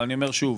אני אומר שוב,